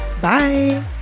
Bye